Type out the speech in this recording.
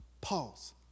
Pause